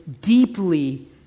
deeply